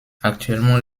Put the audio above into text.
actuellement